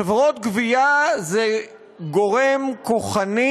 חברות גבייה זה גורם כוחני,